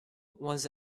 was